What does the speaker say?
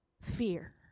fear